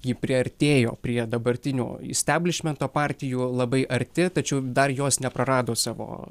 ji priartėjo prie dabartinio isteblišmento partijų labai arti tačiau dar jos neprarado savo